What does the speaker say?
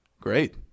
Great